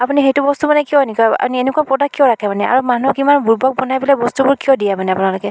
আপুনি সেইটো বস্তু মানে কিয় এনেকুৱা আপুনি এনেকুৱা প্ৰডাক্ট কিয় ৰাখে মানে আৰু মানুহক ইমান বুৰ্বক বনাই পেলাই বস্তুবোৰ কিয় দিয়ে মানে আপোনালোকে